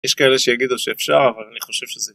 יש כאלה שיגידו שאפשר, אבל אני חושב שזה...